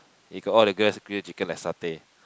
they got all the grilled chicken like satay